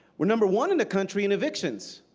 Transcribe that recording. we're number one in the country in evictions.